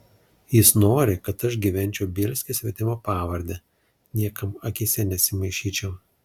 jis nori kad aš gyvenčiau bielske svetima pavarde niekam akyse nesimaišyčiau